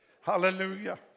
Hallelujah